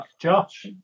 Josh